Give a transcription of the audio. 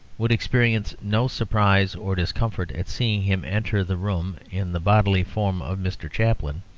would experience no surprise or discomfort at seeing him enter the room in the bodily form of mr. chaplin,